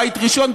בית ראשון,